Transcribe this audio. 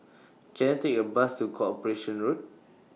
Can I Take A Bus to Corporation Road